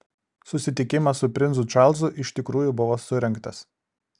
susitikimas su princu čarlzu iš tikrųjų buvo surengtas